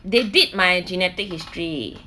they did my genetic history